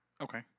Okay